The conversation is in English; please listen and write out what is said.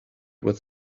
with